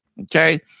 okay